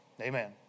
Amen